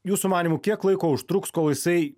jūsų manymu kiek laiko užtruks kol jisai